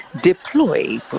deploy